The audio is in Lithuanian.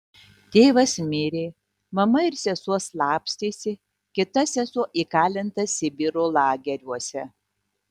tėvas mirė mama ir sesuo slapstėsi kita sesuo įkalinta sibiro lageriuose